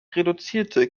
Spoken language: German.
reduzierte